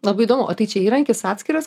labai įdomu o tai čia įrankis atskiras